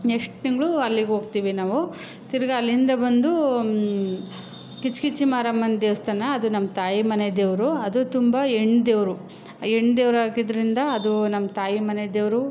next ತಿಂಗಳು ಅಲ್ಲಿಗೆ ಹೋಗ್ತೀವಿ ನಾವು ತಿರುಗ ಅಲ್ಲಿಂದ ಬಂದು ಕಿಚ್ಕಿಚಿ ಮಾರಮ್ಮನ ದೇವಸ್ಥಾನ ಅದು ನಮ್ಮ ತಾಯಿ ಮನೆ ದೇವರು ಅದು ತುಂಬ ಹೆಣ್ಣು ದೇವರು ಹೆಣ್ಣು ದೇವ್ರ ಆಗಿದ್ದರಿಂದ ಅದು ನಮ್ಮ ತಾಯಿ ಮನೆ ದೇವರು